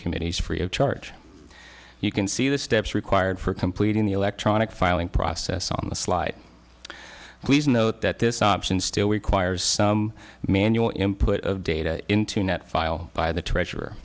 committees free of charge you can see the steps required for completing the electronic filing process on the slide please note that this option still requires some manual input of data into net file by the treasure